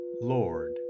Lord